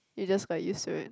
you just got used to it